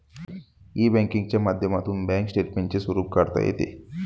E बँकिंगच्या माध्यमातून bank स्टेटमेंटचे स्वरूप काढता येतं